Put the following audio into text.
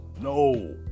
no